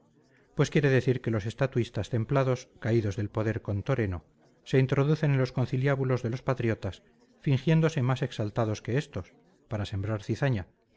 pues quiere decir que los estatuistas templados caídos del poder con toreno se introducen en los conciliábulos de los patriotas fingiéndose más exaltados que estos para sembrar cizaña